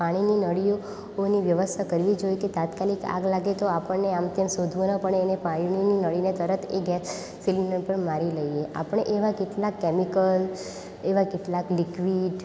પાણીની નળીઓની વ્યવસ્થા કરવી જોઈએ તો તાત્કાલિક આગ લાગે તો આપણને આમ તેમ શોધવું ના પડે આપણે પાણીની નળીને તરત એ ગેસ સિલિન્ડર પર મારી લઈએ આપણે એવાં કેટલાંક કેમિકલ એવાં કેટલાંક લિક્વિડ